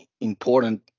important